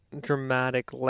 dramatic